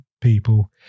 people